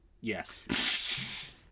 Yes